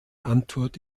antwort